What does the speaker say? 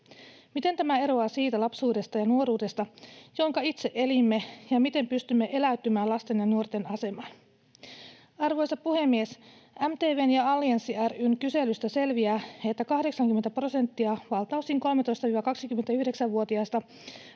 Miten tämä eroaa siitä lapsuudesta ja nuoruudesta, jonka itse elimme, ja miten pystymme eläytymään lasten ja nuorten asemaan? Arvoisa puhemies! MTV:n ja Allianssi ry:n kyselystä selviää, että 80 prosenttia valtaosin 13—29-vuotiaista